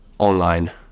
online